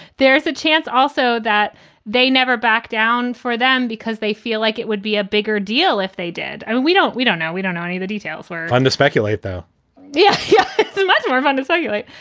there's a chance also that they never back down for them because they feel like it would be a bigger deal if they did. i mean, we don't we don't know we don't know any of the details or. i'm to speculate, though yeah. it's so much more fun to so say it.